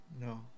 No